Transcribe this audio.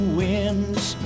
winds